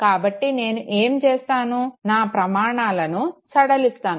కాబట్టి నేను ఏమి చేస్తాను నా ప్రమాణాలను సడలిస్తాను